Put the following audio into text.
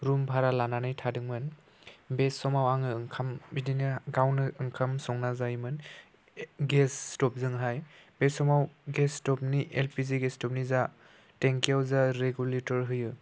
room भारा लानानै थादोंमोन बे समाव आङो ओंखाम बिदिनो गावनो ओंखाम संना जायोमोन गेस स्टभजोंहाय बे समाव गेस स्टभनि एल पि जि गेस स्टभनि जा टेंकियाव जा रेगुलेटर होयो